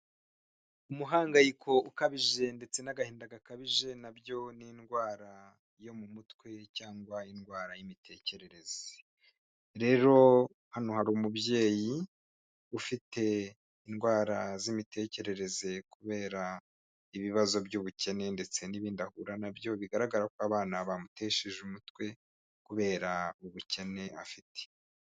Umuhangayiko ukabije ndetse n'agahinda gakabije na byo ni indwara yo mu mutwe cyangwa indwara y'imitekerereze, rero hano hari umubyeyi ufite indwara z'imitekerereze kubera ibibazo by'ubukene ndetse n'ibindi ahura na byo, bigaragara ko abana bamutesheje umutwe kubera ubukene afite.